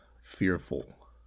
fearful